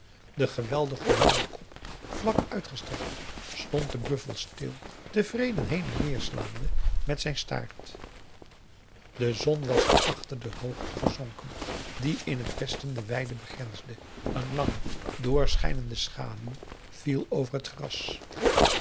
den geweldig gehoornden kop vlak uitgestrekt stond de buffel stil teaugusta de wit orpheus in de dessa vreden heen en weer slaande met zijn staart de zon was achter de hoogte gezonken die in het westen de weide begrensde een lange doorschijnende schaduw viel over het gras